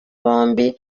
bombi